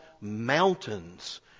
mountains